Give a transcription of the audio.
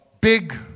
big